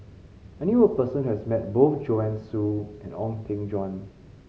I knew a person who has met both Joanne Soo and Ong Eng Guan